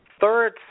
third